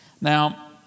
Now